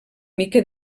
mica